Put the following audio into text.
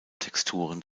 texturen